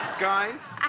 guys